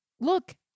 look